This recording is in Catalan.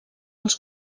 els